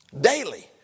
Daily